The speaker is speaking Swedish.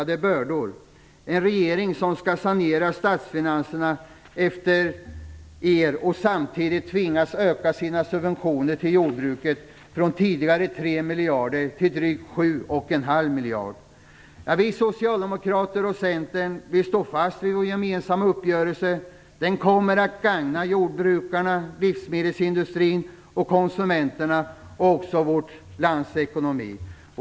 Det är en regering som skall sanera statsfinanserna efter den borgerliga regeringen samtidigt som man tvingas öka subventionerna till jordbruket från tidigare 3 miljarder till drygt 7,5 miljarder. Vi socialdemokrater och Centern står fast vid vår gemensamma uppgörelse. Den kommer att gagna jordbrukarna, livsmedelsindustrin, konsumenterna och vårt lands ekonomi.